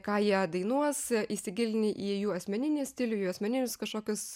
ką jie dainuos įsigilini į jų asmeninį stilių į jų asmeninius kažkokius